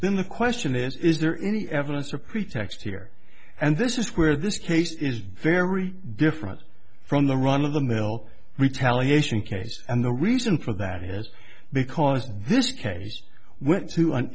then the question is is there any evidence or pretext here and this is where this case is very different from the run of the mill retaliation case and the reason for that is because this case went to an